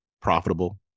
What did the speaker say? profitable